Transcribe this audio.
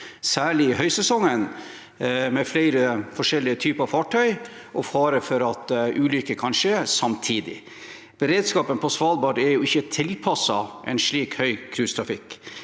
særlig i høysesongen, med flere forskjellige typer fartøy, og med fare for at ulykker kan skje samtidig. Beredskapen på Svalbard er ikke tilpasset en slik høy cruisetrafikk.